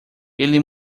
ele